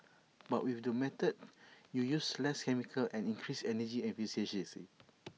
but with this method you use less chemicals and increase energy efficiency